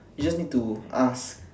you just need to ask